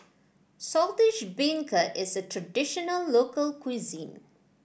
Saltish Beancurd is a traditional local cuisine